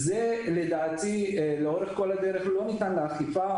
לדעתי, זה לא ניתן לאכיפה.